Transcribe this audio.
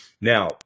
Now